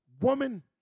woman